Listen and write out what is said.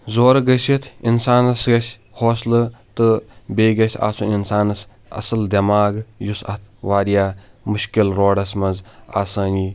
زورٕ گٕژِھتھ انسان گَژھِ حوصلہٕ تہٕ بیٚیہِ گَژھ اِنسانَس اصٕل دٮ۪ماغ یُس اَتھ واریاہ مُشکِل روڈَس منٛز آسٲنی